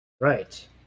Right